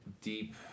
deep